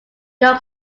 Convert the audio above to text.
york